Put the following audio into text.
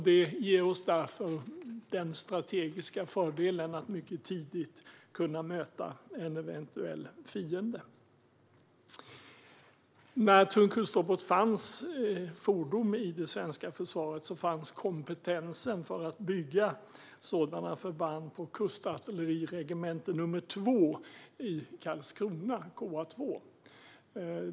Det ger oss därför den strategiska fördelen att mycket tidigt kunna möta en eventuell fiende. När tung kustrobot fordom fanns i det svenska försvaret fanns kompetensen för att bygga sådana förband på kustartilleriregemente nr 2 i Karlskrona, KA 2.